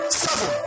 seven